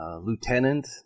lieutenant